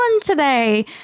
today